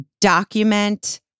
document